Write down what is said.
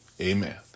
Amen